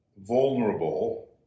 vulnerable